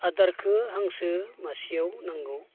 आदारखो हांसो मासेयाव नांगौ